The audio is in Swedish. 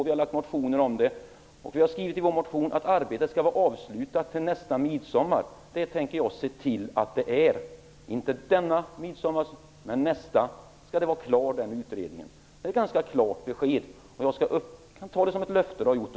Vi har motionerat om att arbetet skall vara avslutat till nästa midsommar, och det tänker jag se till att det är. Inte denna midsommar men nästa skall utredningen vara klar. Det är ett klart besked. Ta det som ett löfte, Roy